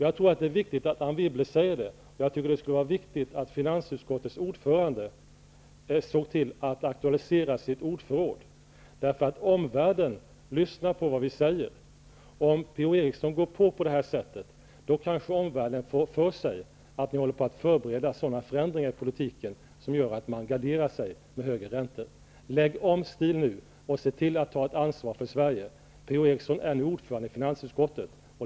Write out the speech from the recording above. Jag tror att det är viktigt att Anne Wibble säger detta, och att finansutskottets ordförande ser till att aktualisera sitt ordförråd. Omvärlden lyssnar till det som vi i Sverige säger. Om Per-Ola Eriksson går på som han gör, kanske omvärlden får för sig att Sverige håller på att förbereda sådana förändringar i politiken som gör att man garderar sig för högre räntor. Lägg om stil nu och ta ansvar för Sverige! Per-Ola Eriksson är ordförande i finansutskottet.